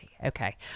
Okay